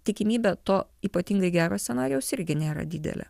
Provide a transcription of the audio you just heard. tikimybė to ypatingai gero scenarijaus irgi nėra didelė